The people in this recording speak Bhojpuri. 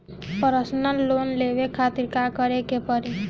परसनल लोन लेवे खातिर का करे के पड़ी?